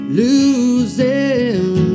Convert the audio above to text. losing